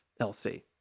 LC